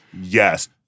yes